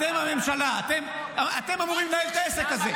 אתם הממשלה, אתם אמורים לנהל את העסק הזה.